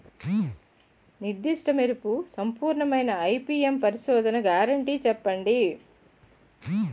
నిర్దిష్ట మెరుపు సంపూర్ణమైన ఐ.పీ.ఎం పరిశోధన గ్యారంటీ చెప్పండి?